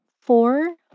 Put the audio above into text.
four